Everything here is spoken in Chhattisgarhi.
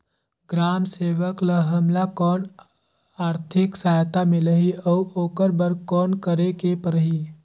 ग्राम सेवक ल हमला कौन आरथिक सहायता मिलही अउ ओकर बर कौन करे के परही?